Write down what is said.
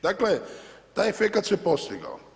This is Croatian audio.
Dakle, taj efekat se postigao.